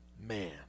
Man